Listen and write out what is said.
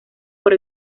por